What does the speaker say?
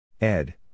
Ed